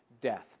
death